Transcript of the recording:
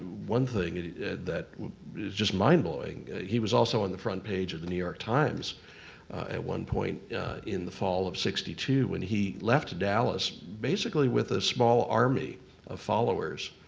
one thing that is just mind blowing. he was also on the front page of the new york times at one point in the fall of sixty two. when he left dallas basically with a small army of followers,